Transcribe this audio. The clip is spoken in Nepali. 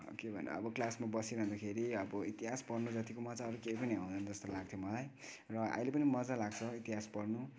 के भन्नु अब क्लासमा बसिरहँदाखेरि अब इतिहास पढ्न जत्तिको मजा अरू केही पनि आउँदैन जस्तो लाग्थ्यो मलाई र अहिले पनि मजा लाग्छ इतिहास पढ्न